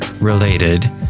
related